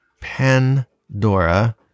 Pandora